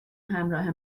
همراه